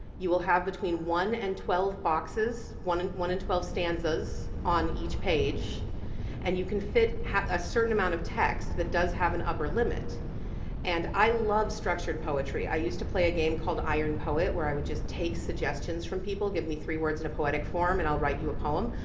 you will have between one and twelve boxes, one and one and twelve stanzas on each page and you can fit a certain amount of text that does have an upper limit and i love structured poetry. i used to play a game called iron poet where i would just take suggestions from people, give me three words in a poetic form and i'll write you a poem.